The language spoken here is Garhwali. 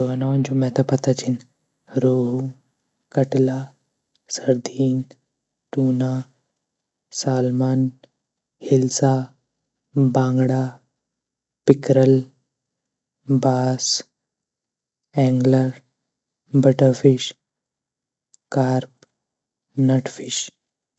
मछलियों ग नौ जू मेता पता छीन rohu, catla, sardine, tuna, salmon, hilsa, bangda, pickerel, bass, angler, butterfish, carp, nutfish.